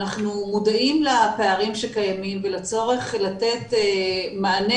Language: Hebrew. אנחנו מודעים לפערים שקיימים ולצורך לתת מענה